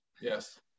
Yes